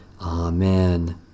Amen